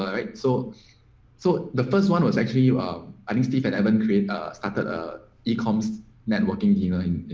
ah right. so so the first one was actually you are adding steve and evan created a becomes networking even